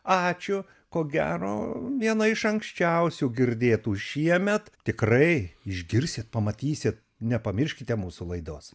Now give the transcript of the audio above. ačiū ko gero viena iš anksčiausių girdėtų šiemet tikrai išgirsit pamatysit nepamirškite mūsų laidos